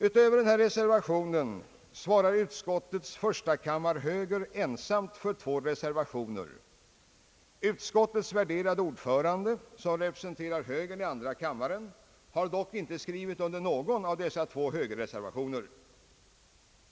Utöver denna reservation svarar utskottets förstakammarhöger ensam för två reservationer. Utskottets värderade ordförande, som representerar högern i andra kammaren, har inte skrivit under någon av dessa två högerreservationer.